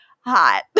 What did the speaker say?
Hot